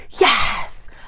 yes